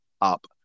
up